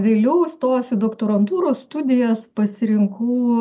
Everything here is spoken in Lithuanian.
vėliau įstojus į doktorantūros studijas pasirinkau